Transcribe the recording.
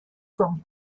from